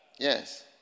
yes